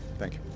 thank you.